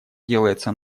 делается